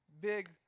big